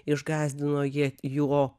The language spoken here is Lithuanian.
išgąsdino jie jo